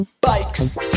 Bikes